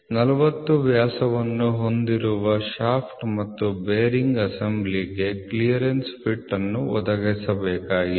40 ವ್ಯಾಸವನ್ನು ಹೊಂದಿರುವ ಶಾಫ್ಟ್ ಮತ್ತು ಬೇರಿಂಗ್ ಅಸೆಂಬ್ಲಿಗೆ ಕ್ಲಿಯರೆನ್ಸ್ ಫಿಟ್ ಅನ್ನು ಒದಗಿಸಬೇಕಾಗಿದೆ